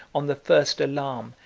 on the first alarm,